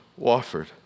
Wofford